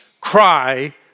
cry